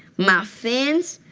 my fans,